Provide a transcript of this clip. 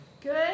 Good